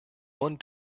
one